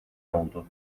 oldu